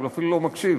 הוא אפילו לא מקשיב.